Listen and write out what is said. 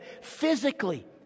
physically